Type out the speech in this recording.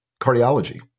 cardiology